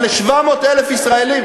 אבל ל-700,000 ישראלים,